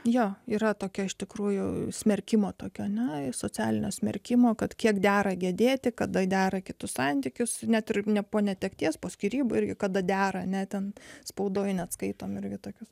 jo yra tokia iš tikrųjų smerkimo tokio ane socialinio smerkimo kad kiek dera gedėti kada dera kitus santykius net ir po netekties po skyrybų irgi kada dera ane ten spaudoje neatskaitomi irgi tokius